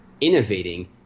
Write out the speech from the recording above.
innovating